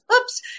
Oops